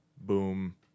Boom